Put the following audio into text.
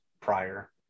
prior